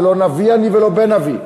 ולא נביא אני ולא בן נביא: